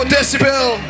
Decibel